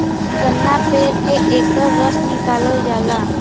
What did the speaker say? गन्ना पेर के एकर रस निकालल जाला